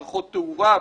מערכות תאורה,